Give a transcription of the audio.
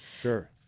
Sure